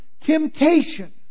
temptation